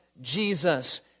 Jesus